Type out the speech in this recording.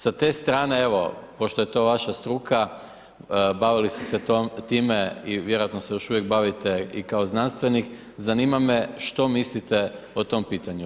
S te strane, evo, pošto je to vaša struka, bavili ste se time i vjerojatno se još uvijek bavite kao znanstvenik, zanima me što mislite po tom pitanju.